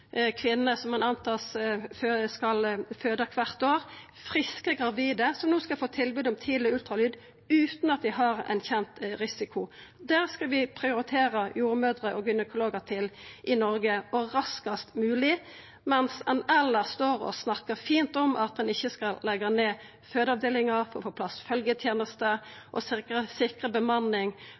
skal føda kvart år – friske gravide som no skal få tilbod om tidleg ultralyd utan at dei har ein kjend risiko. Dette skal vi prioritera jordmødrer og gynekologar til i Noreg – og raskast mogleg – mens ein elles står og snakkar fint om at ein ikkje skal leggja ned fødeavdelingar, at ein skal få på plass følgjeteneste og sikra bemanning